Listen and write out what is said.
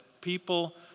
people